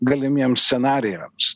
galimiems scenarijams